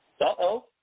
Uh-oh